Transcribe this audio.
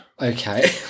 okay